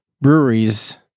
breweries